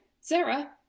Sarah